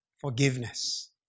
Forgiveness